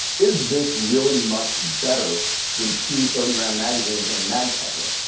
is this really much better than two thirty round magazines and a mag coupler?